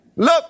Look